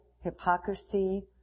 hypocrisy